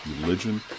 religion